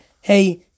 Hey